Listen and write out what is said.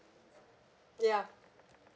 ya